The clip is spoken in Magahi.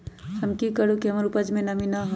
हम की करू की हमर उपज में नमी न होए?